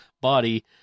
body